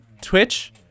Twitch